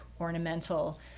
ornamental